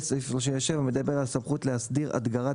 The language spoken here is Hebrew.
וסעיף 37 מדבר על סמכות להסדיר הדגרת